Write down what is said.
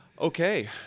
Okay